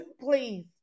please